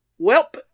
Welp